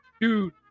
Dude